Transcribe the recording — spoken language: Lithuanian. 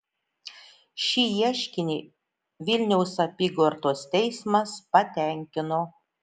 šį ieškinį vilniaus apygardos teismas patenkino